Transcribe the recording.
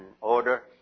order